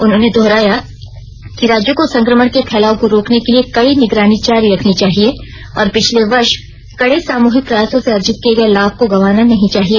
उन्होंने दोहराया कि राज्यों को संक्रमण के फैलाव को रोकने के लिए कड़ी निगरानी जारी रखनी चाहिए और पिछले वर्ष कड़े सामूहिक प्रयासों से अर्जित किये गये लाभ को गंवाना नहीं चाहिए